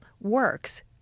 works